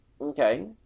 okay